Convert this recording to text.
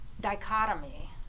dichotomy